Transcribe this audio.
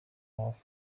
off